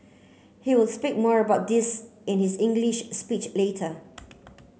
he will speak more about this in his English speech later